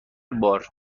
بار